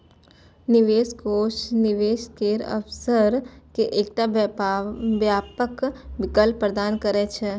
निवेश कोष निवेश केर अवसर के एकटा व्यापक विकल्प प्रदान करै छै